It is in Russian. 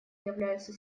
являются